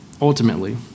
Ultimately